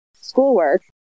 schoolwork